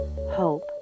hope